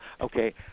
Okay